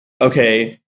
Okay